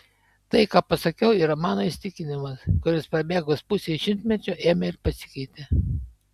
tai ką pasakiau yra mano įsitikinimas kuris prabėgus pusei šimtmečio ėmė ir pasikeitė